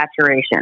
saturation